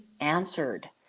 answered